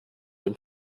dem